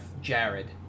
Jared